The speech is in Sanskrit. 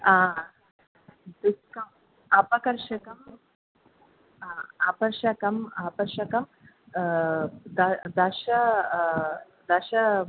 हा डिक्सौण्ट् अपकर्षकं हा अपकर्षकं अपकर्षकं द दश दश